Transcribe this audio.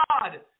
God